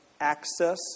access